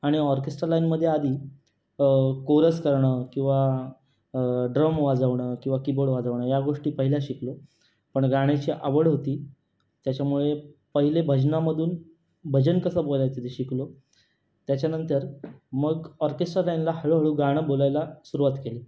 आणि ऑर्केस्ट्रा लाईनमध्ये आधी कोरस करणं किंवा ड्रम वाजवणं किंवा कीबोर्ड वाजवणं या गोष्टी पहिल्या शिकलो पण गाण्याची आवड होती त्याच्यामुळे पहिले भजनामधून भजन कसं बोलायचं ते शिकलो त्याच्यानंतर मग ऑर्केस्ट्रा लाईनला हळूहळू गाणं बोलायला सुरवात केली